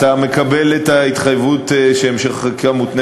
אתה מקבל את ההתחייבות שהמשך החקיקה מותנה